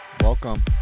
welcome